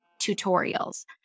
tutorials